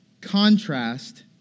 contrast